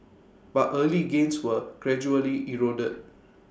but early gains were gradually eroded